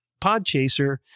Podchaser